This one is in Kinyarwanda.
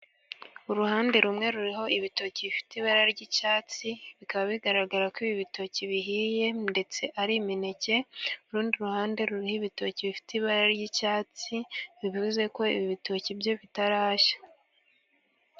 Uruhande rumwe ruriho ibitoki bifite ibara ry'umuhondo, bikaba bigaragara ko ibi bitoki bihiye, ndetse ari imineke. Urundi ruhande ruho ibitoki bifite ibara ry'icyatsi, bivuze ko ibi bitoki byo bitarashya.